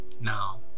now